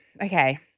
Okay